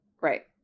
Right